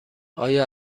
آیا